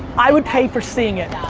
i would pay for seeing it.